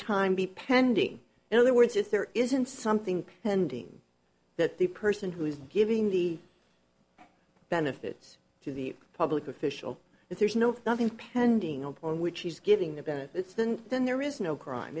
time be pending in other words if there isn't something ending that the person who is giving the benefits to the public official if there is no nothing pending upon which he's giving the benefits then then there is no crime